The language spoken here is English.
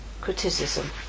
Criticism